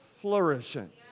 flourishing